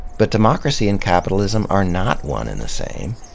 but democracy and capitalism are not one in the same.